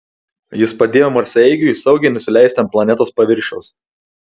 jis padėjo marsaeigiui saugiai nusileisti ant planetos paviršiaus